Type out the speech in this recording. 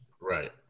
Right